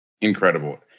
Incredible